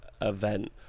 event